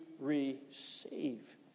receive